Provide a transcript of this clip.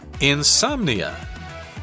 Insomnia